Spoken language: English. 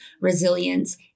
resilience